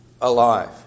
alive